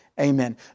Amen